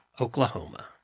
Oklahoma